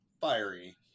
fiery